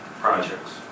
projects